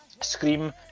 Scream